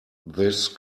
this